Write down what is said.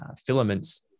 filaments